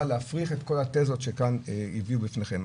להפריך את כל התזות שכאן הביאו בפניכם.